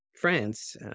France